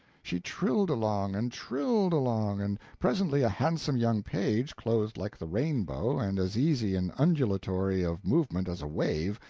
she trilled along, and trilled along, and presently a handsome young page, clothed like the rainbow, and as easy and undulatory of movement as a wave,